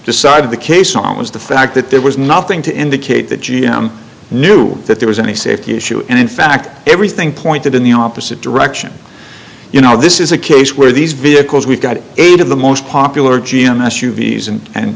decided the case on was the fact that there was nothing to indicate that g m knew that there was any safety issue and in fact everything pointed in the opposite direction you know this is a case where these vehicles we've got eight of the most popular g m s u v s and